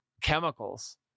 chemicals